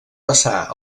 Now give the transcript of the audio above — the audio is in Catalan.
passar